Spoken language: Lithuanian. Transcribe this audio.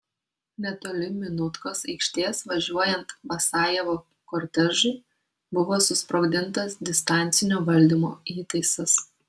netoli minutkos aikštės važiuojant basajevo kortežui buvo susprogdintas distancinio valdymo įtaisas